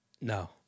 No